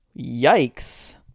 Yikes